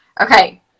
Okay